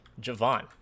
Javon